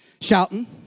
shouting